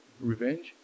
revenge